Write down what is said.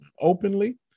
openly